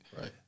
Right